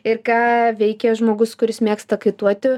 ir ką veikia žmogus kuris mėgsta kaituoti